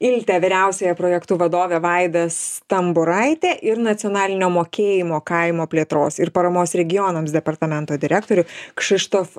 ilte vyriausiąją projektų vadovę vaidą stamburaitę ir nacionalinio mokėjimo kaimo plėtros ir paramos regionams departamento direktorių kšištof